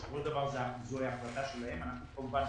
בסופו של דבר זאת החלטה שלהם ואנחנו כמובן